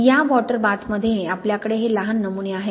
या वॉटर बाथमध्ये आपल्याकडे हे लहान नमुने आहेत